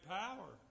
power